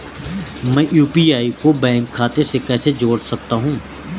मैं यू.पी.आई को बैंक खाते से कैसे जोड़ सकता हूँ?